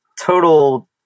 total